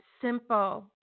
simple